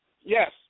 Yes